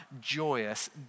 joyous